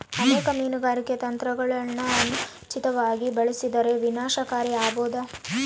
ಅನೇಕ ಮೀನುಗಾರಿಕೆ ತಂತ್ರಗುಳನ ಅನುಚಿತವಾಗಿ ಬಳಸಿದರ ವಿನಾಶಕಾರಿ ಆಬೋದು